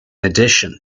addition